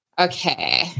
Okay